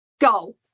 go